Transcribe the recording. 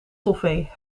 toffee